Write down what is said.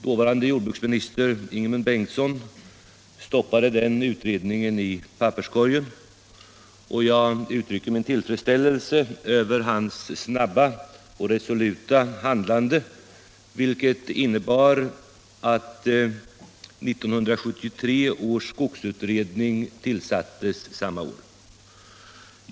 Dåvarande jordbruksministern Ingemund Bengtsson stoppade den utredningen i papperskorgen, och jag uttrycker min tillfredsställelse över hans snabba och resoluta handlande, som vidare innebar att 1973 års skogsutredning tillsattes.